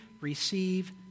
receive